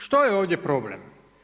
Što je ovdje problem?